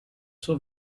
suo